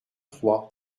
trois